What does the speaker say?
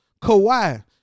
Kawhi